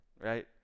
right